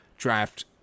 draft